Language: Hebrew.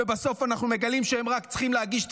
ובסוף אנחנו מגלים שהם רק צריכים להגיש טפסים,